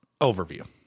overview